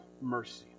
mercy